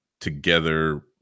together